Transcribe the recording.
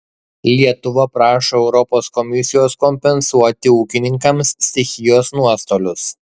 lietuva prašo europos komisijos kompensuoti ūkininkams stichijos nuostolius